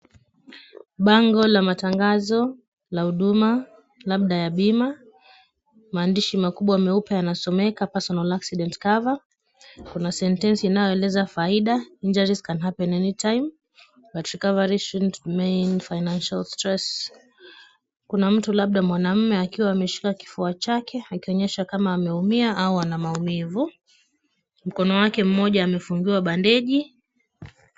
Bango la matangazo la huduma labda ya bima maandishi makubwa meupe yanayosomeka: Personal Accident Cover . Kuna sentensi inayoeleza faida Injuries can happen anytime, but recovery shouldn't remain, financial stress . Kuna mtu labda mwanamume akiwa ameshika kifua chake akionyesha kama ameumia au anamaumivu, mkono wake mmoja amefungiwa bandeji.